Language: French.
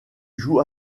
joue